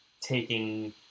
taking